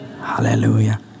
hallelujah